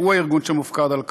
שהוא הארגון שמופקד על כך.